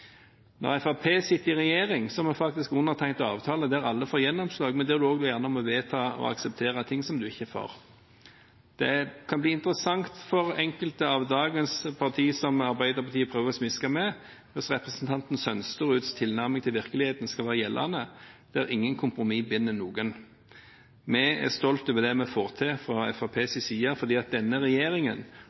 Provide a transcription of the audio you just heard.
Når Fremskrittspartiet sitter i regjering, har vi faktisk undertegnet en avtale der alle får gjennomslag, men der en også gjerne må vedta og akseptere ting en ikke er for. Det kan bli interessant for enkelte av dagens parti som Arbeiderpartiet prøver å smiske med, hvis representanten Sønsteruds tilnærming til virkeligheten skal være gjeldende, der ingen kompromiss binder noen. Vi er stolte over det vi får til fra Fremskrittspartiets side, for denne regjeringen